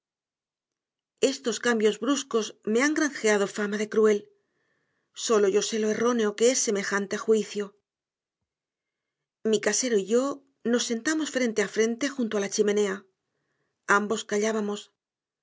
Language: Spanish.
esos cambios bruscos me han granjeado fama de cruel sólo yo sé lo erróneo que es semejante juicio mi casero y yo nos sentamos frente a frente junto a la chimenea ambos callábamos